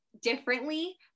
differently